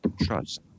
trust